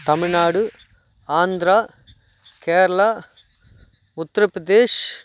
Tamil Nadu Andhra Kerala Uttar Pradesh